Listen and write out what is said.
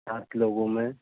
سات لوگوں میں